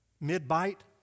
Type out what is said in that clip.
Mid-bite